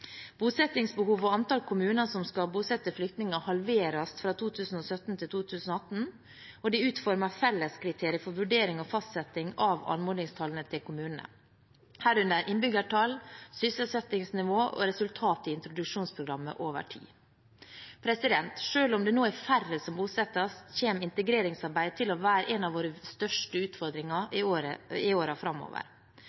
Bosettingsbehov og antall kommuner som skal bosette flyktninger, halveres fra 2017 til 2018, og det er utformet felleskriterier for vurdering og fastsetting av anmodningstallene til kommunene, herunder innbyggertall, sysselsettingsnivå og resultater i introduksjonsprogrammet over tid. Selv om det nå er færre som bosettes, kommer integreringsarbeidet til å være en av våre største utfordringer